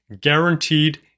guaranteed